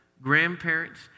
grandparents